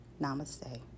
Namaste